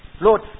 Lord